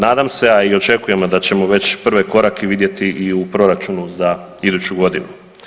Nadam se, a i očekujemo da ćemo već prve korake vidjeti i u proračunu za iduću godinu.